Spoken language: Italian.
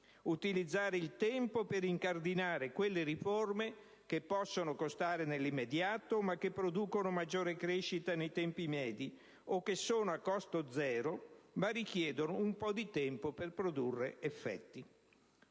utilizzare il tempo per incardinare quelle riforme che possono costare nell'immediato, ma che producono maggiore crescita nei tempi medi o che sono a costo zero, ma richiedono un po' di tempo per produrre effetti.